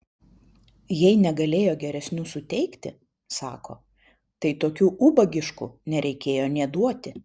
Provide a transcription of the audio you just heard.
jei negalėjo geresnių suteikti sako tai tokių ubagiškų nereikėjo nė duoti